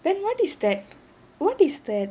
then what is that what is that